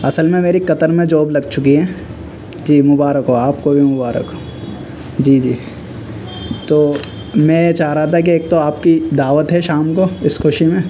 اصل میں میری قطر میں جاب لگ چکی ہے جی مبارک ہو آپ کو بھی مبارک ہو جی جی تو میں یہ چاہ رہا تھا کہ ایک تو آپ کی دعوت ہے شام کو اس خوشی میں